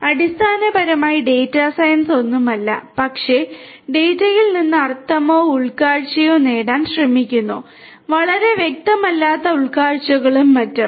അതിനാൽ അടിസ്ഥാനപരമായി data science ഒന്നുമല്ല പക്ഷേ ഡാറ്റയിൽ നിന്ന് അർത്ഥമോ ഉൾക്കാഴ്ചയോ നേടാൻ ശ്രമിക്കുന്നു വളരെ വ്യക്തമല്ലാത്ത ഉൾക്കാഴ്ചകളും മറ്റും